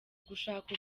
ugushaka